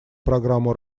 программу